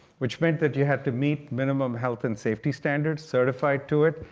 which meant that you had to meet minimum health and safety standards certified to it,